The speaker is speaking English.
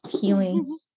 healing